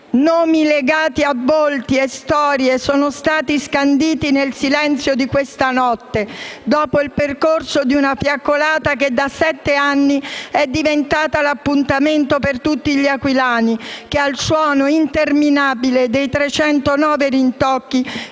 Nomi legati a volti e storie sono stati scanditi nel silenzio di questa notte, dopo il percorso di una fiaccolata che da sette anni è diventata l'appuntamento per tutti gli aquilani che, al suono interminabile dei 309 rintocchi,